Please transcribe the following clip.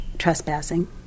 trespassing